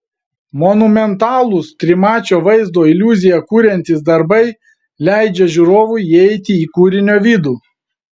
monumentalūs trimačio vaizdo iliuziją kuriantys darbai leidžia žiūrovui įeiti į kūrinio vidų